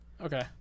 Okay